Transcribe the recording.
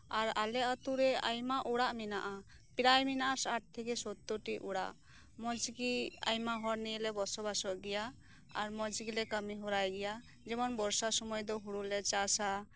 ᱟᱨ ᱟᱞᱮ ᱟᱹᱛᱩᱨᱮ ᱟᱭᱢᱟ ᱚᱲᱟᱜ ᱢᱮᱱᱟᱜᱼᱟ ᱯᱨᱮᱟᱭ ᱢᱮᱱᱟᱜᱼᱟ ᱥᱟᱴ ᱛᱷᱮᱠᱮ ᱥᱳᱛᱛᱳᱨᱴᱤ ᱚᱲᱟᱜ ᱢᱚᱸᱡᱜᱮ ᱟᱭᱢᱟ ᱦᱚᱲ ᱱᱤᱭᱮ ᱞᱮ ᱵᱚᱥᱚᱵᱟᱥᱚᱜ ᱜᱮᱭᱟ ᱟᱨ ᱢᱚᱸᱡ ᱜᱮᱞᱮ ᱠᱟᱹᱢᱤ ᱦᱚᱨᱟᱭᱟ ᱡᱮᱢᱚᱱ ᱵᱚᱨᱥᱟ ᱥᱚᱢᱚᱭ ᱫᱚ ᱦᱩᱲᱩ ᱞᱮ ᱪᱟᱥᱼᱟ